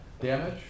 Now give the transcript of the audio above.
damage